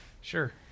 Sure